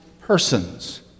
persons